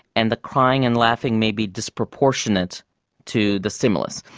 and the crying and laughing may be disproportionate to the stimulus.